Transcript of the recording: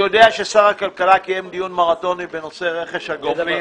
ששר הכלכלה קיים דיון מרתוני בנושא רכש הגומלין.